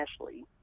Ashley